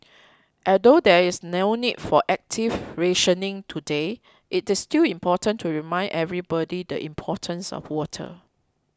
although there is no need for active rationing today it is still important to remind everybody the importance of water